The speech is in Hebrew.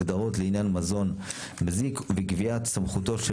הגדרות לעניין מזון מזיק וקביעת סמכותו של